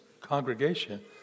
congregation